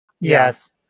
Yes